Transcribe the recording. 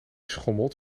schommelt